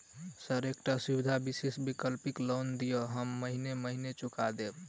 Sir एकटा सुविधा विशेष वैकल्पिक लोन दिऽ हम महीने महीने चुका देब?